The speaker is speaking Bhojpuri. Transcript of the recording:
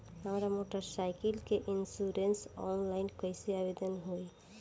हमार मोटर साइकिल के इन्शुरन्सऑनलाइन कईसे आवेदन होई?